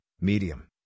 Medium